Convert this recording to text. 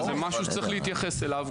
זה משהו שצריך להתייחס אליו.